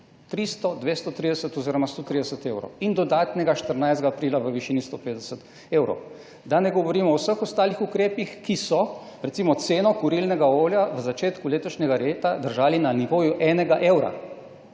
300, 230 oziroma 130 evrov in dodatnega 14. aprila v višini 150 evrov. Da ne govorimo o vseh ostalih ukrepih, ki so, recimo ceno kurilnega olja v začetku letošnjega leta držali na nivoju enega evra.